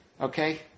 Okay